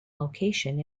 location